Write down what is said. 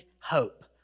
hope